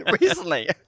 Recently